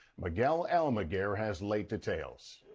miguel almaguer has late details.